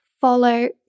follow